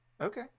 Okay